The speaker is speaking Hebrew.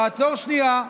תעצור שנייה,